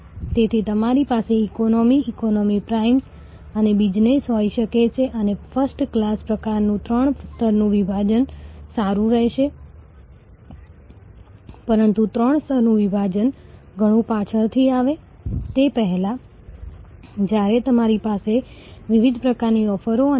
પરંતુ પછી તમારી પાસે આ હંમેશના લાભો છે આ લાભો એ વધેલા ઉપયોગથી નફો છે મોબાઇલ સેવાથી સંતુષ્ટ ગ્રાહક ક્રેડિટ કાર્ડ સેવા સાથે સંતુષ્ટ ગ્રાહક સેવાનો વધુ ઉપયોગ કરે છે અને તેથી તમારી પાસે થોડી વધારાની આવક છે